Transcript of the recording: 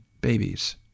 babies